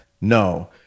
No